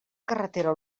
carretera